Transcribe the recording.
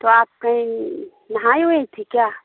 تو آپ کہیں نہائی ہوئی تھی کیا